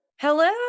Hello